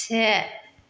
से